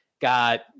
got